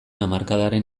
hamarkadaren